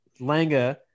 Langa